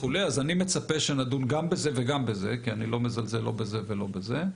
אז אני מצפה שנדון גם בזה וגם בזה כי אני לא מזלזל לא בזה ולא בזה.